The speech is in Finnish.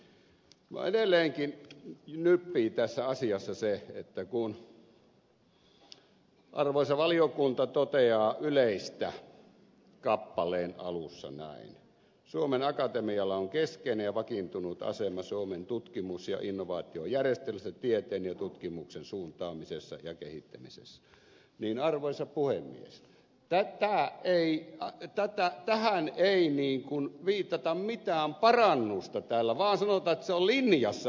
minua edelleenkin nyppii tässä asiassa se että kun arvoisa valiokunta toteaa yleistä kappaleen alussa että suomen akatemialla on keskeinen ja vakiintunut asema suomen tutkimus ja innovaatiojärjestelmässä tieteen ja tutkimuksen suuntaamisessa ja kehittämisessä niin arvoisa puhemies tähän ei viitata mitään parannusta täällä vaan sanotaan että se on linjassa yliopistouudistuksen kanssa